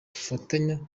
dufatanya